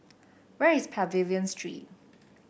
where is Pavilion Street